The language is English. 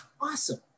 awesome